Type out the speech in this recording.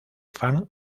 fan